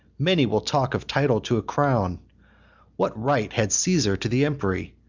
many will talk of title to a crown what right had caesar to the empery?